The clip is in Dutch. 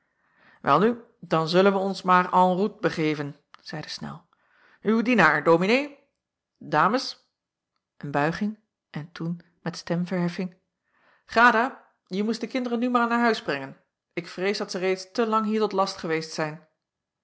welnu dan zullen wij ons maar en route begeven zeide snel uw dienaar dominee dames een buiging en toen met stemverheffing grada je moest de kinderen nu maar naar huis brengen ik vrees dat zij reeds te lang hier tot last geweest zijn